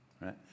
right